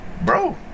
Bro